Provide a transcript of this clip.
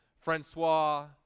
Francois